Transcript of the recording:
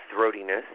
throatiness